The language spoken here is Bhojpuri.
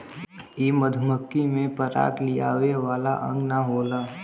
इ मधुमक्खी में पराग लियावे वाला अंग ना होला